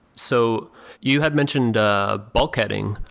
so you had mentioned bulkheading.